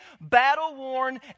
battle-worn